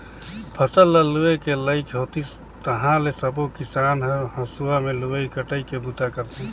फसल ल लूए के लइक होतिस ताहाँले सबो किसान हर हंसुआ में लुवई कटई के बूता करथे